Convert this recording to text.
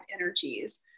energies